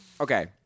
okay